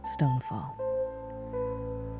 Stonefall